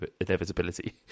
inevitability